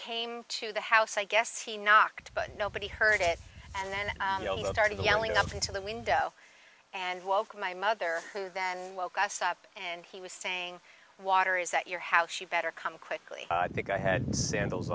came to the house i guess he knocked but nobody heard it and then started yelling up into the window and welcome my mother who then woke us up and he was saying water is that your house she better come quickly i think i had sandals